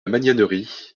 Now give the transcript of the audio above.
magnanerie